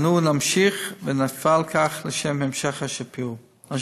אנו נמשיך ונפעל כך לשם המשך השיפור.